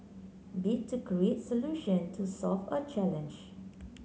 bit to create solution to solve a challenge